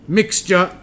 mixture